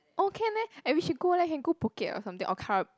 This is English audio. oh can meh eh we should go leh can go Phuket or something or Krab~